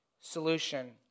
solution